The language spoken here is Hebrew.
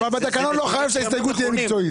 בתקנון לא נאמר שההסתייגות חייבת להיות מקצועית.